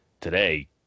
Today